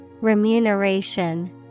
Remuneration